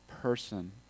person